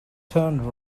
turned